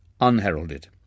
unheralded